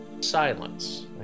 silence